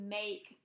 make